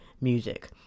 music